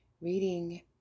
reading